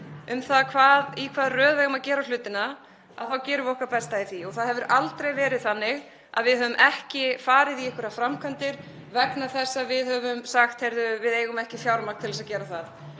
um það í hvaða röð við eigum að gera hlutina þá gerum við okkar besta í því. Það hefur aldrei verið þannig að við höfum ekki farið í einhverjar framkvæmdir vegna þess að við höfum sagt: Heyrðu, við eigum ekki fjármagn til þess að gera það.